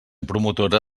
promotora